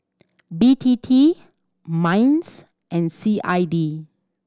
B T T MINDS and C I D